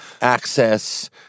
access